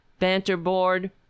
Banterboard